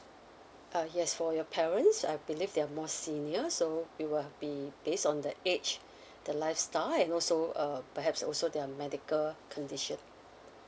uh yes for your parents I believe they are more senior so it will be based on the age the lifestyle and also uh perhaps also their medical condition